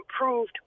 improved